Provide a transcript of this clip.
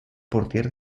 portiere